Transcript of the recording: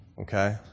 Okay